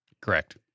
Correct